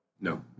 No